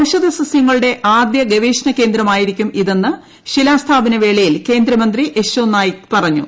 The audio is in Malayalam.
ഔഷധസ്യങ്ങളുടെ ആദ്യ ഗവേഷണ കേന്ദ്രമായിരിക്കും ഇതെന്ന് ശിലാസ്ഥാപനവേളയിൽ കേന്ദ്രമന്ത്രി യെശോ നായിക് പറഞ്ഞു